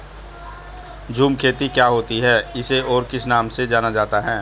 झूम खेती क्या होती है इसे और किस नाम से जाना जाता है?